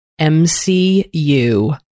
MCU